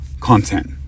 content